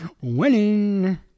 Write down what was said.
Winning